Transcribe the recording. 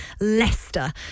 Leicester